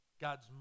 God's